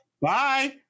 Bye